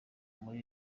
muri